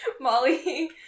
Molly